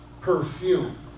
perfume